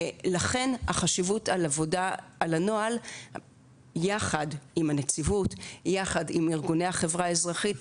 לכן החשיבות על עבודה על הנוהל יחד עם הנציבות וארגוני החברה האזרחית,